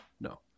No